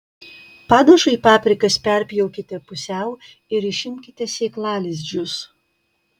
padažui paprikas perpjaukite pusiau ir išimkite sėklalizdžius